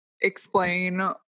explain